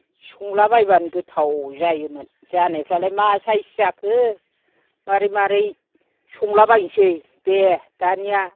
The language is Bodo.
संला बायबानो गोथाव जायोमोन जानायफ्रालाय मा साइस जाखो मारै मारै संलाबायसै दे दानिया